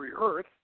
Earth